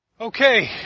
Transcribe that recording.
Okay